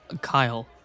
Kyle